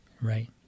Right